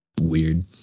Weird